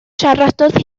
siaradodd